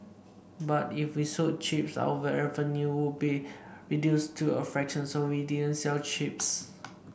but if we sold chips our revenue would be reduced to a fraction so we didn't sell chips